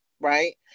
right